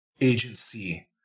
agency